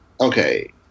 okay